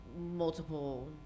multiple